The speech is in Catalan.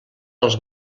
els